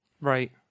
right